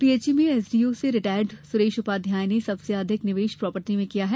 PHE में SDO से retired Suresh Upadhyay ने सबसे अधिक निवेश प्रॉपर्टी में किया है